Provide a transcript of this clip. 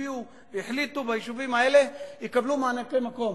והצביעו והחליטו שביישובים האלה יקבלו מענקי מקום,